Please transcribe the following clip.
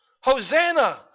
Hosanna